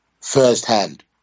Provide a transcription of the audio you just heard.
firsthand